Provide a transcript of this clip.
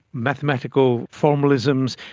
mathematical formalisms,